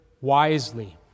wisely